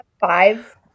five